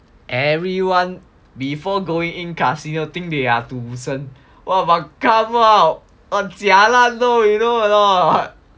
everyone before going in casino think they are 赌神 !wah! but come out jialat you know or not